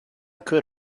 could